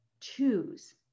choose